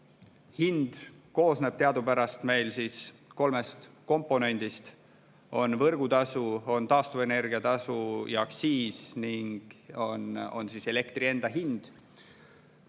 Hind koosneb meil teadupärast kolmest komponendist: on võrgutasu, on taastuvenergia tasu ja aktsiis ning on elektri enda hind.